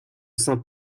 saint